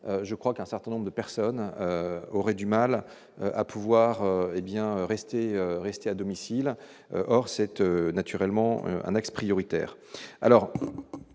je crois qu'un certain nombre de personnes auraient du mal à pouvoir hé bien rester, rester à domicile, or cette naturellement un axe prioritaire